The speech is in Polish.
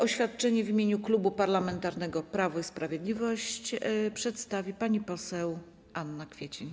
Oświadczenie w imieniu Klubu Parlamentarnego Prawo i Sprawiedliwość przedstawi pani poseł Anna Kwiecień.